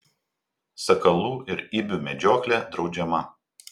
sakalų ir ibių medžioklė draudžiama